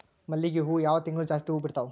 ಮಲ್ಲಿಗಿ ಹೂವು ಯಾವ ತಿಂಗಳು ಜಾಸ್ತಿ ಹೂವು ಬಿಡ್ತಾವು?